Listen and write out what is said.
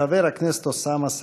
חבר הכנסת אוסאמה סעדי.